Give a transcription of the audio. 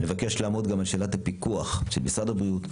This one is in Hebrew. נבקש לעמוד על שאלת הפיקוח של משרד הבריאות,